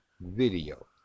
video